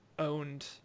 owned